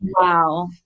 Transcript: wow